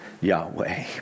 Yahweh